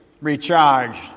recharged